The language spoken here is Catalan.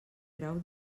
grau